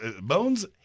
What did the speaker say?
bones